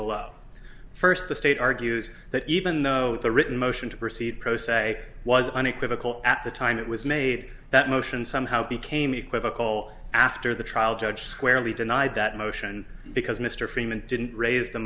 below first the state argues that even though the written motion to proceed pro se was unequivocal at the time it was made that motion somehow became equivocal after the trial judge squarely denied that motion because mr freeman didn't raise the